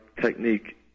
technique